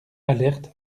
alerte